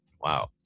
Wow